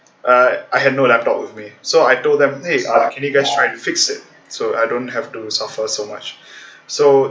uh I had no laptop with me so I told them eh uh can you guys try and fix it so I don't have to suffer so much so